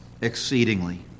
exceedingly